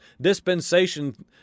dispensation